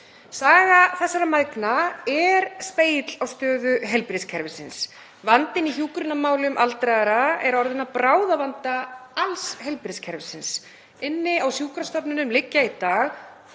Saga þessara mæðgna er spegill á stöðu heilbrigðiskerfisins. Vandinn í hjúkrunarmálum aldraðra er orðinn að bráðavanda alls heilbrigðiskerfisins. Inni á sjúkrastofnunum liggja í dag